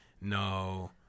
No